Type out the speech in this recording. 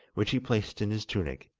which he placed in his tunic,